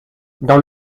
dans